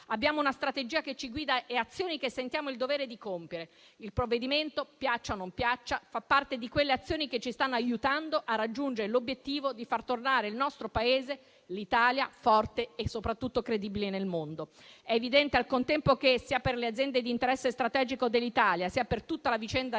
Abbiamo una strategia che ci guida e azioni che sentiamo il dovere di compiere. Il provvedimento, piaccia o non piaccia, fa parte di quelle azioni che ci stanno aiutando a raggiungere l'obiettivo di far tornare il nostro Paese, l'Italia, forte e soprattutto credibile nel mondo. È evidente, al contempo, che, sia per le aziende di interesse strategico dell'Italia sia per tutta la vicenda legata